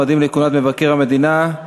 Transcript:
(הצעת מועמדים לכהונת מבקר המדינה),